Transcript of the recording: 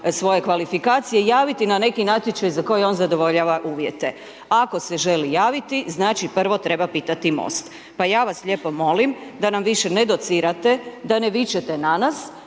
svoje kvalifikacije, javiti na neki natječaj za koji on zadovoljava uvjete? Ako se želi javiti, znači prvo treba pitati MOST pa ja vas lijepo molim da nam više ne docirate, da ne vičete na nas,